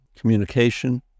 communication